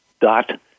dot